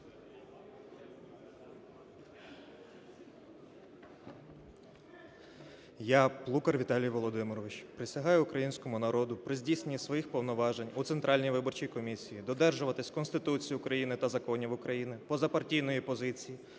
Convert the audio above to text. Я, Плукар Віталій Володимирович, присягаю українському народу при здійсненні своїх повноважень у Центральній виборчій комісії додержуватися Конституції України та законів України, позапартійної позиції,